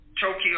Tokyo